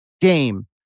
game